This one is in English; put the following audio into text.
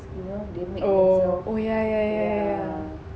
oh oh yeah yeah yeah